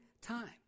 time